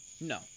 No